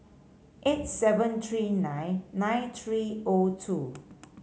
eight seven three nine nine three O two